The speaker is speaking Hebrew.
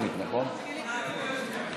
הרוקחים (התאמות יבוא ויצוא תמרוקים),